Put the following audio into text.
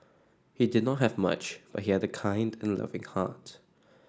he did not have much but he had the kind and loving heart